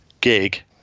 gig